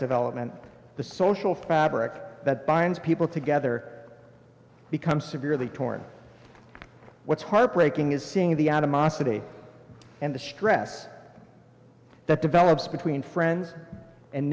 development the social fabric that binds people together become severely torn what's heartbreaking is seeing the animosity and the stress that develops between friends and